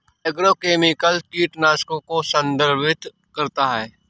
agrochemicals कीटनाशकों को संदर्भित करता है